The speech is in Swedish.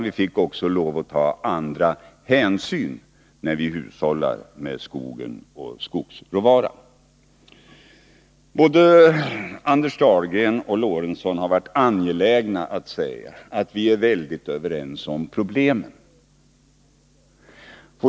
Vi måste också ta andra hänsyn när vi hushållar med skogen och skogsråvaran. Både Anders Dahlgren och Sven Eric Lorentzon har varit angelägna att säga att vi är överens om problemet.